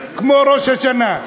כמו ראש השנה.